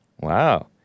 Wow